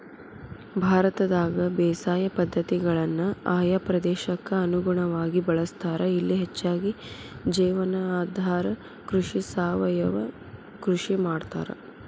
ಭಾರತದಾಗ ಬೇಸಾಯ ಪದ್ಧತಿಗಳನ್ನ ಆಯಾ ಪ್ರದೇಶಕ್ಕ ಅನುಗುಣವಾಗಿ ಬಳಸ್ತಾರ, ಇಲ್ಲಿ ಹೆಚ್ಚಾಗಿ ಜೇವನಾಧಾರ ಕೃಷಿ, ಸಾವಯವ ಕೃಷಿ ಮಾಡ್ತಾರ